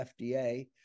FDA